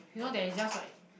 you know that is just like